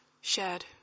shared